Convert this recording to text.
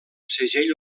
segell